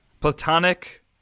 Platonic